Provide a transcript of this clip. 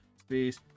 space